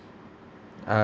ah